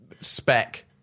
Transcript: spec